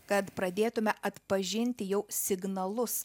kad pradėtume atpažinti jau signalus